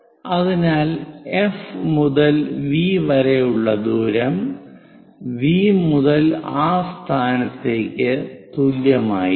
അതിനാൽ എഫ് മുതൽ വി വരെയുള്ള ദൂരം വി മുതൽ ആ സ്ഥാനത്തേക്ക് തുല്യമായിരിക്കും